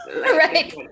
Right